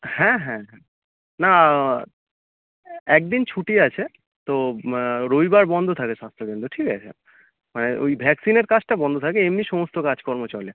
হ্যাঁ হ্যাঁ হ্যাঁ না এক দিন ছুটি আছে তো রবিবার বন্ধ থাকে স্বাস্থ্যকেন্দ্র ঠিক আছে মানে ওই ভ্যাক্সিনের কাজটা বন্ধ থাকে এমনি সমস্ত কাজকর্ম চলে